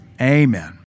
Amen